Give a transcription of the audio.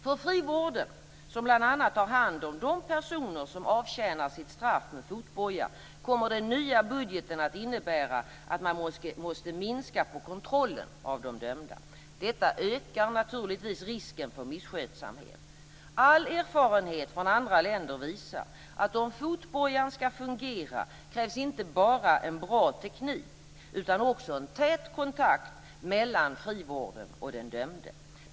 För frivården, som bl.a. har hand om de personer som avtjänar sitt straff med fotboja, kommer den nya budgeten att innebära att man måste minska på kontrollen av de dömda. Detta ökar naturligtvis risken för misskötsamhet. All erfarenhet från andra länder visar att om fotbojan ska fungera krävs det inte bara en bra teknik utan också en tät kontakt mellan frivården och den dömde.